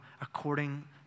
according